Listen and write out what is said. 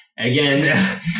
Again